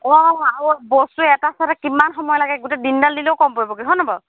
অঁ আৰু বস্তু এটা চাওতে কিমান সময় লাগে গোটেই দিনডাল দিলেও কম পৰিবগৈ হয়নে বাৰু